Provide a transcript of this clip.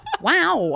Wow